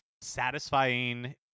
satisfying